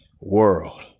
world